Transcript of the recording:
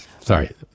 Sorry